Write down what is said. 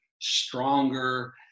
stronger